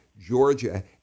Georgia